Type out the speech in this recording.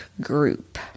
group